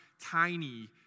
tiny